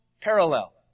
parallel